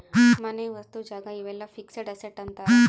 ಮನೆ ವಸ್ತು ಜಾಗ ಇವೆಲ್ಲ ಫಿಕ್ಸೆಡ್ ಅಸೆಟ್ ಅಂತಾರ